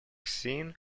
scene